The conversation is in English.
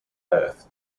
earth